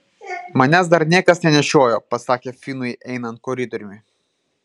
manęs dar niekas nenešiojo pasakė finui einant koridoriumi